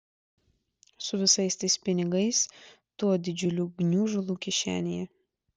su visais tais pinigais tuo didžiuliu gniužulu kišenėje